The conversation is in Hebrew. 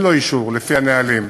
אין לו אישור לפי הנהלים.